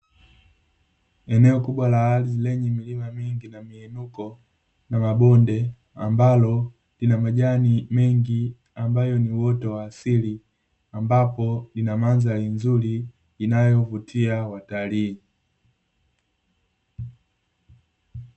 Eneo kubwa la ardhi lenye milima mingi na muinuko na mabonde, ambalo lina majani mengi amabayo ni uoto wa asili, ambapo inamandhari nzuri inayovutia watalii.